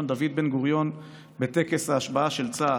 דוד בן-גוריון בטקס ההשבעה של צה"ל,